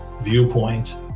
viewpoint